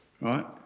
right